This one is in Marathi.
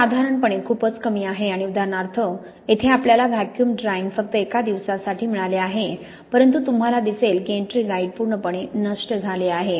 हे साधारणपणे खूपच कमी आहे आणि उदाहरणार्थ येथे आपल्याला व्हॅक्यूम ड्रायिंग फक्त एका दिवसासाठी मिळाले आहे परंतु तुम्हाला दिसेल की एट्रिंगाइट पूर्णपणे नष्ट झाले आहे